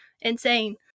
insane